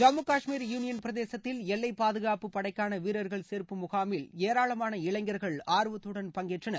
Jammu Kashmir union பிரதேசத்தில் எல்லைப் பாதுகாப்புப் படைக்கான வீரர்கள் சேர்ப்பு முகாமில் ஏராளமான இளைஞர்கள் ஆர்வத்துடன் பங்கேற்றனர்